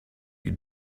you